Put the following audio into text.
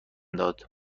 داد